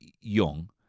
young